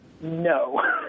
No